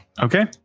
Okay